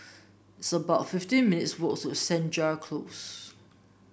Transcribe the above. it's about fifty minutes' walk to Senja Close